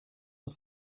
och